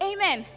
Amen